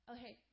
Okay